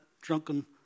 drunken